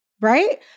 Right